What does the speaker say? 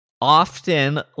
often